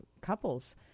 couples